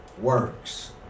works